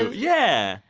yeah.